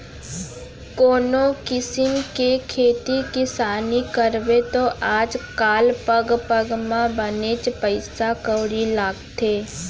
कोनों किसिम के खेती किसानी करबे तौ आज काल पग पग म बनेच पइसा कउड़ी लागथे